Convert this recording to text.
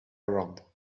around